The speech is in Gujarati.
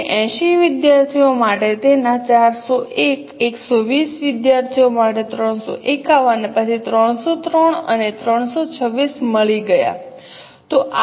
તેથી 80 વિદ્યાર્થીઓ માટે તેના 401 120 વિદ્યાર્થીઓ માટે 351 પછી 303 અને 326 મળી ગયા